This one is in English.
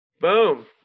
Boom